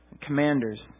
commanders